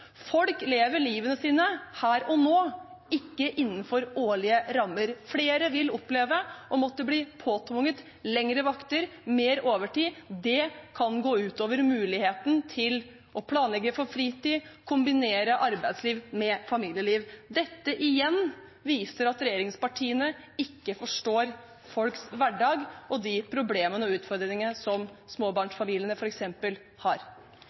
Folk lever livet sitt her og nå og ikke innenfor årlige rammer. Flere vil oppleve å måtte bli påtvunget lengre vakter, mer overtid, og det kan gå ut over muligheten til å planlegge for fritid og kombinere arbeidsliv med familieliv. Dette igjen viser at regjeringspartiene ikke forstår folks hverdag og de problemene og utfordringene som småbarnsfamiliene f.eks. har.